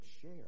share